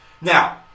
Now